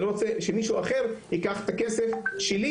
לא רוצה שמישהו אחר ייקח את הכסף שלי,